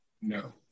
No